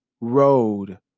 road